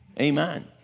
Amen